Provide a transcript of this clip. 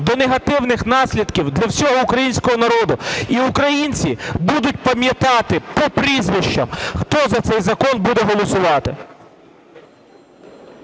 до негативних наслідків для всього українського народу, і українці будуть пам'ятати по прізвищах, хто за цей закон буде голосувати.